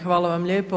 Hvala vam lijepo.